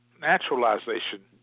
naturalization